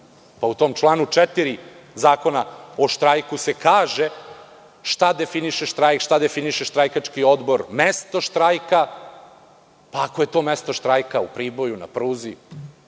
pa u tom članu 4. Zakona o štrajku se kaže šta definiše štrajk, šta definiše štrajkački odbor, mesto štrajka. Ako je to mesto štrajka u Priboju, na pruzi,